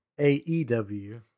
AEW